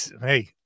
hey